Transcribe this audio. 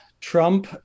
Trump